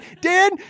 Dan